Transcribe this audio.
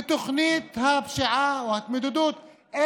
ותוכנית ההתמודדות עם הפשיעה,